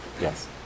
Yes